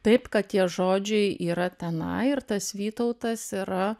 taip kad tie žodžiai yra tenai ir tas vytautas yra